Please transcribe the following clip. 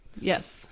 Yes